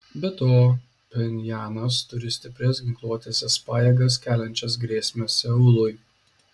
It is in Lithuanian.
be to pchenjanas turi stiprias ginkluotąsias pajėgas keliančias grėsmę seului